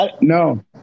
No